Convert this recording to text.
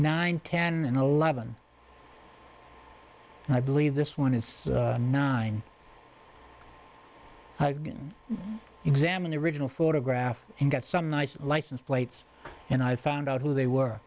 nine ten and eleven i believe this one is nine examine the original photograph and get some nice license plates and i found out who they were